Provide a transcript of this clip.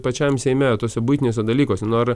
pačiam seime tuose buitiniuose dalykuose nu ar